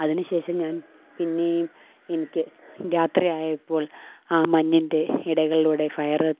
അതിന് ശേഷം ഞാൻ പിന്നേ എനിക്ക് രാത്രിയായപ്പോൾ ആ മഞ്ഞിൻ്റെ ഇടകളിലൂടെ ഫയര്